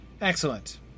Excellent